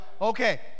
Okay